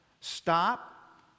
Stop